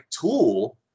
tool